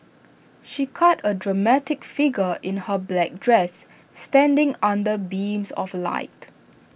she cut A dramatic figure in her black dress standing under beams of light